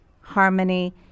harmony